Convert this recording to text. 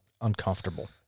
uncomfortable